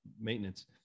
maintenance